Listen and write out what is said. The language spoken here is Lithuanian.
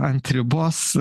ant ribos